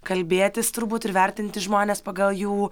kalbėtis turbūt ir vertinti žmones pagal jų